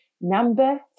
Number